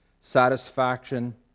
satisfaction